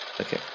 Okay